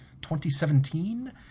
2017